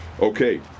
Okay